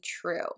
true